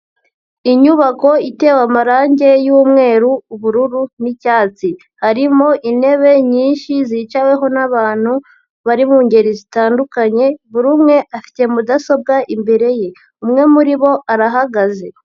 Inyubako itewe amarange y'umweru, ubururu nicyatsi harimo intebe nyinshi zicaweho n'abantu bari mu ngeri zitandukanye buri umwe afite mudasobwa imbere ye, umwe muri bo arahagaze.